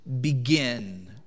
begin